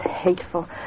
hateful